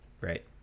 right